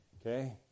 Okay